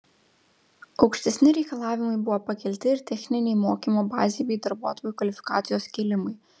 aukštesni reikalavimai buvo pakelti ir techninei mokymo bazei bei darbuotojų kvalifikacijos kėlimui